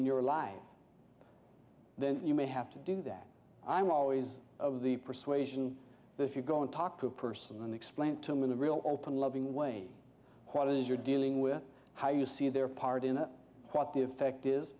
in your life then you may have to do that i'm always of the persuasion that if you go and talk to a person and explain to me the real open loving way what it is you're dealing with how you see their part in what the effect is